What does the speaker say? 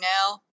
now